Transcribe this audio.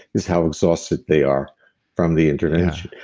is how exhausted they are from the intervention.